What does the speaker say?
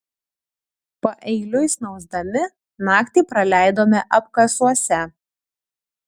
paeiliui snausdami naktį praleidome apkasuose